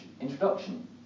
introduction